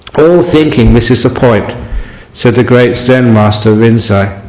all thinking misses the point said the great zen master rinzai